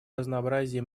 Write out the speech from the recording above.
разнообразие